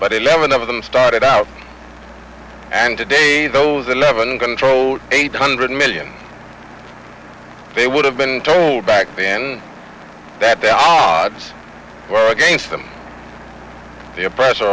but eleven of them started out and today those eleven controlled eight hundred million they would have been told back then that the odds were against them the oppressor